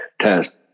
test